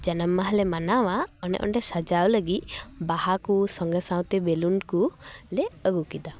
ᱡᱟᱱᱟᱢ ᱢᱟᱦᱟᱞᱮ ᱢᱟᱱᱟᱣᱟ ᱚᱱᱟ ᱚᱸᱰᱮ ᱥᱟᱡᱟᱣ ᱞᱟᱹᱜᱤᱫ ᱵᱟᱦᱟ ᱠᱚ ᱥᱚᱸᱜᱮ ᱥᱟᱶᱛᱮ ᱵᱮᱞᱩᱱ ᱠᱚ ᱞᱮ ᱟᱹᱜᱩ ᱠᱮᱫᱟ